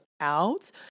out